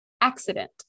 accident